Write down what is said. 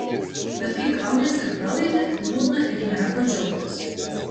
bet kai kaunies ir pralaimi liūdna ir nėra kuo džiaugtis